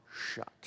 shut